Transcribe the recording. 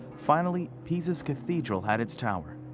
finally, pisa's cathedral had its tower,